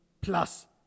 plus